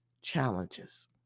challenges